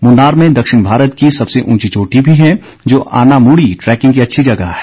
मून्नार में दक्षिण भारत की सबसे ऊंची चोटी भी है जो आनामुड़ी ट्रैकिंग की अच्छी जगह है